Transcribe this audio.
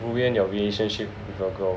ruin your relationship with your girl